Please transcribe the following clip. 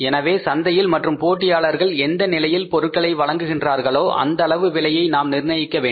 எனவே சந்தையில் மற்றும் போட்டியாளர்கள் எந்த விலையில் பொருட்களை வழங்குகின்றார்கலோ அந்த அளவு விலையை நாம் நிர்ணயிக்க வேண்டும்